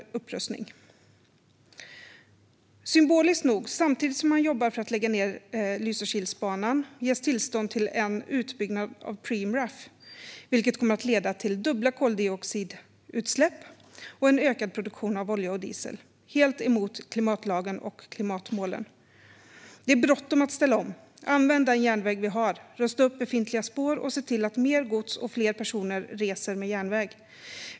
Symboliskt nog kan vi konstatera att samtidigt som man jobbar för att lägga ned Lysekilsbanan ges tillstånd till en utbyggnad av Preemraff, vilket kommer att leda till dubbla koldioxidutsläpp och en ökad produktion av olja och diesel. Det är helt emot klimatlagen och klimatmålen. Det är bråttom att ställa om. Använd den järnväg vi har. Rusta upp befintliga spår, och se till att mer gods och fler personer reser med järnväg.